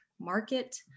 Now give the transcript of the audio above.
market